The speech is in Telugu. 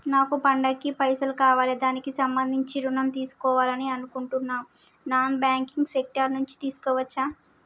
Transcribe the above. నాకు పండగ కి పైసలు కావాలి దానికి సంబంధించి ఋణం తీసుకోవాలని అనుకుంటున్నం నాన్ బ్యాంకింగ్ సెక్టార్ నుంచి తీసుకోవచ్చా?